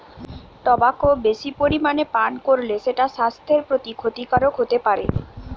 tobacco বেশি পরিমাণে পান কোরলে সেটা সাস্থের প্রতি ক্ষতিকারক হোতে পারে